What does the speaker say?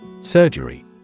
Surgery